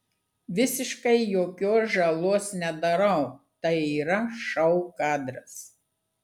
visiškai jokios žalos nedarau tai yra šou kadras